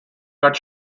cut